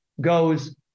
goes